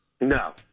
No